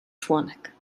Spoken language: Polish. członek